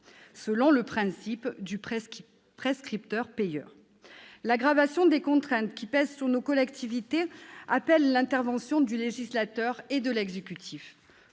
selon le principe du « prescripteur-payeur ». L'aggravation des contraintes qui pèsent sur nos collectivités appelle l'intervention du législateur et de l'exécutif.